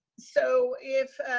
so if,